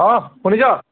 অঁ শুনিছ